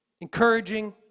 encouraging